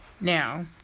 Now